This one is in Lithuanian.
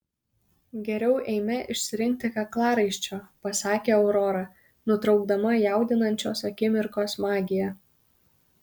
geriau eime išsirinkti kaklaraiščio pasakė aurora nutraukdama jaudinančios akimirkos magiją